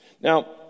Now